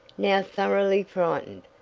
now thoroughly frightened.